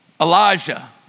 Elijah